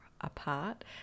apart